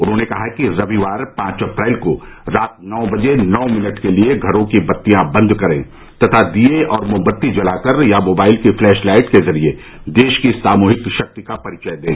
उन्होंने कहा कि रविवार पांच अप्रैल को रात नौ बजे नौ मिनट के लिए घरों की बत्तियां बंद करें तथा दीये और मोमबत्ती जलाकर या मोबाइल की फ्लैश लाइट के जरिए देश की सामूहिक शक्ति का परिचय दें